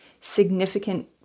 significant